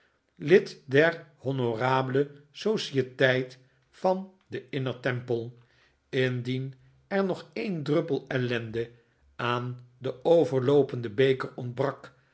lid der honor'abele societeit van den inner temple indien er nog een druppel ellende aan den overloopenden beker ontbrak